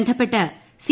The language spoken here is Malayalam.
ബന്ധപ്പെട്ട് സി